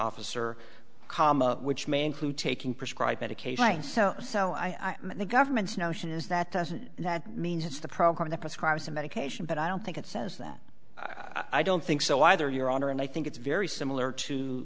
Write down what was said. officer which may include taking prescribed medication and so so i am in the government's notion is that doesn't that means it's the program that prescribe some medication but i don't think it says that i don't think so either your honor and i think it's very similar to